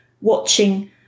watching